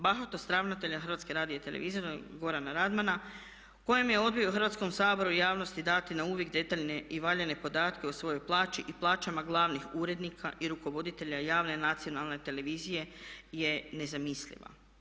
Bahatost ravnatelja HRT-a Gorana Radmana kojem je odbio Hrvatskom saboru i javnosti dati na uvid detaljne i valjane podatke o svojoj plaći i plaćama glavnih urednika i rukovoditelja javne nacionalne televizije je nezamisliva.